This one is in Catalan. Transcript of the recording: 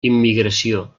immigració